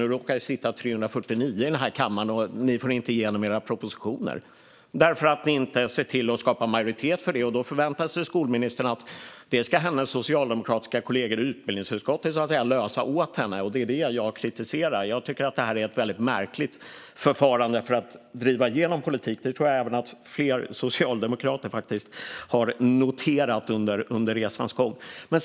Nu råkar det sitta 349 ledamöter i kammaren, och ni får inte igenom era propositioner. Och det sker därför att ni inte ser till att skapa majoritet för era förslag. Då förväntar sig skolministern att hennes socialdemokratiska kollegor i utbildningsutskottet ska lösa problemen åt henne. Det är detta jag kritiserar. Jag tycker att det är ett märkligt förfarande för att driva igenom politik. Det tror jag att även flera socialdemokrater har noterat under resans gång. Fru talman!